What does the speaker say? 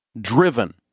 driven